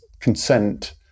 consent